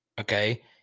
Okay